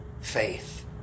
faith